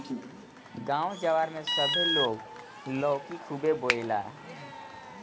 गांव जवार में सभे लोग लौकी खुबे बोएला